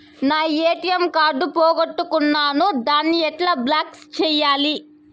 నా ATM card పోగొట్టుకున్నాను, దాన్ని ఎట్లా బ్లాక్ సేయాలి?